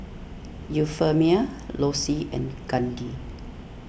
Euphemia Lossie and Candi